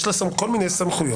יש לה כל מיני סמכויות.